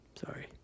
sorry